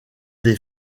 des